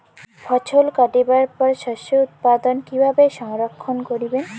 ফছল কাটিবার পর শস্য উৎপাদন কিভাবে সংরক্ষণ করিবেন?